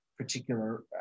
particular